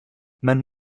men